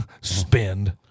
spend